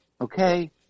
okay